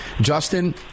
Justin